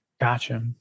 Gotcha